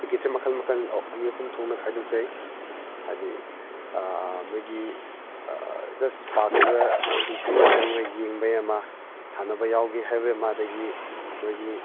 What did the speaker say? ꯇꯤꯛꯀꯦꯠꯁꯦ ꯃꯈꯜ ꯃꯈꯜ ꯑꯅꯤ ꯑꯍꯨꯝ ꯊꯣꯛꯅ ꯈꯥꯏꯗꯣꯛꯆꯩ ꯍꯥꯏꯗꯤ ꯃꯣꯏꯒꯤ ꯖꯁ ꯄꯥꯔꯛꯇꯨꯗ ꯑꯦꯟꯇ꯭ꯔꯤ ꯑꯣꯏꯅ ꯆꯥꯡꯕꯒꯤ ꯌꯦꯡꯕꯒꯤ ꯑꯃ ꯁꯥꯟꯅꯕ ꯌꯥꯎꯒꯦ ꯍꯥꯏꯕꯒꯤ ꯑꯃ ꯑꯗꯒꯤ ꯃꯣꯏꯒꯤ